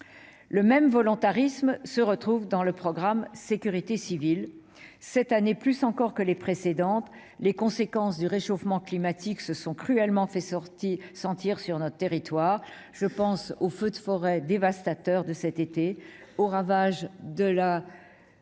Le même volontarisme se retrouve dans le programme « Sécurité civile ». Cette année, plus encore que les années précédentes, les conséquences du réchauffement climatique se sont cruellement fait sentir sur notre territoire. Je pense aux feux de forêt dévastateurs de cet été, aux ravages de la